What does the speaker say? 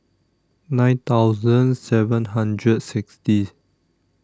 nine thousand seven hundred sixty